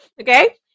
Okay